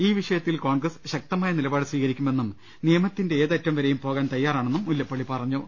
ഈ വിഷയത്തിൽ കോൺഗ്രസ് ശക്തമായ നിലപാട് സ്വീകരിക്കുമെന്നും നിയമത്തിന്റെ ഏതറ്റംവരെയും പോകാൻ തയ്യാറാണെന്നും മുല്ലപ്പള്ളി പറഞ്ഞു